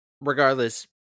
Regardless